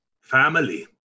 Family